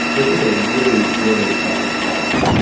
this is a really, really special product.